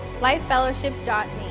lifefellowship.me